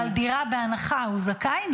אבל לדירה בהנחה הוא זכאי,